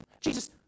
Jesus